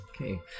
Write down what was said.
Okay